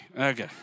Okay